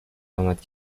آمد